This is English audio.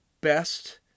best